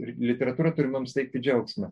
ir literatūra turi mums teikti džiaugsmą